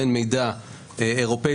בין מידע אירופאי,